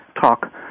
talk